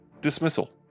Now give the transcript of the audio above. Dismissal